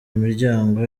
imiryango